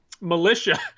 militia